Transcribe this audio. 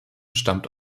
stammt